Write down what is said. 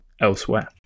elsewhere